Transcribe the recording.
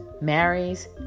marries